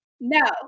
No